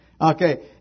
Okay